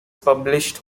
published